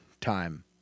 time